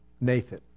Nathan